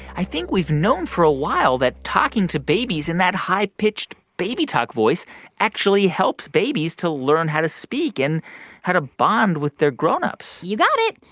i think we've known for a while that talking to babies in that high-pitched, baby-talk voice actually helps babies to learn how to speak and how to bond with their grown-ups you got it.